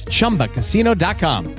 ChumbaCasino.com